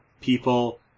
people